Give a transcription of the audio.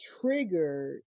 triggered